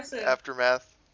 aftermath